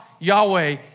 Yahweh